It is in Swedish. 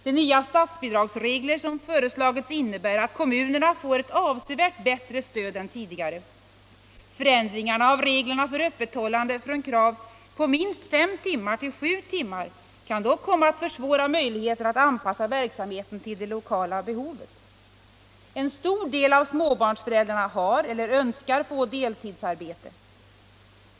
De nya statsbidragsregler som föreslagits innebär att kommunerna får ett avsevärt bättre stöd än tidigare. Förändringarna av reglerna för öppethållande från krav på minst fem timmar till krav på sju timmar kan dock komma att försvåra möjligheterna att anpassa verksamheten till det lokala behovet. En stor del av småbarnsföräldrarna har eller önskar få deltidsarbete.